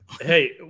Hey